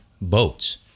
boats